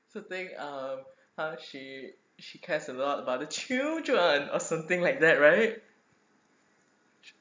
so the thing um she she cares a lot about the children or something like that right